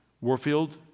Warfield